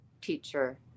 teacher